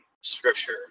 scripture